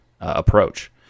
approach